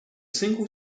single